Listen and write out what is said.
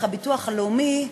דרך הביטוח הלאומי,